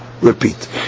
repeat